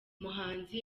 muhanzi